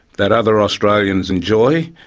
that other australians enjoy.